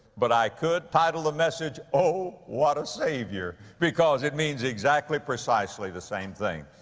but i could title the message, o what a savior, because it means exactly, precisely the same thing.